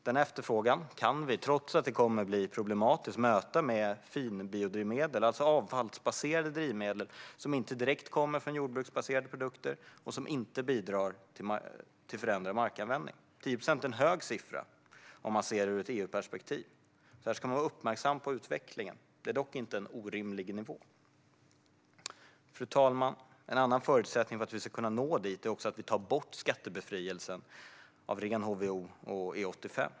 Den efterfrågan kan vi, trots att det kommer att bli problematiskt, möta med finbiodrivmedel. Det är alltså avfallsbaserade drivmedel som inte kommer direkt från jordbruksbaserade produkter och som inte bidrar till förändrad markanvändning. 10 procent är en hög siffra om man ser det ur ett EU-perspektiv. Här ska man vara uppmärksam på utvecklingen. Det är dock inte en orimlig nivå. Fru talman! En annan förutsättning för att vi ska kunna nå dit är att vi tar bort skattebefrielsen för ren HVO och E85.